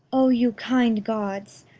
o you kind gods,